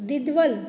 दिद्वल